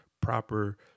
proper –